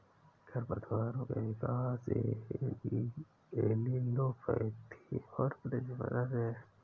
खरपतवारों के विकास एलीलोपैथी और प्रतिस्पर्धा से है